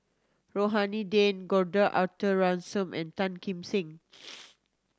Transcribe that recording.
Rohani Din Gordon Arthur Ransome and Tan Kim Seng